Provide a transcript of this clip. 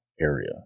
area